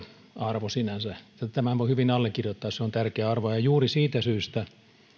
arvo sinänsä tämän voi hyvin allekirjoittaa se on tärkeä arvo ja juuri siitä syystä